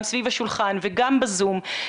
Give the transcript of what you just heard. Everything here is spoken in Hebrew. גם סביב השולחן וגם בזום,